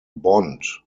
bond